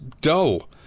dull